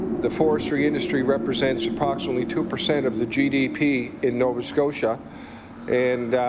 the forestry industry represents approximately two percent of the g d p. in nova scotia and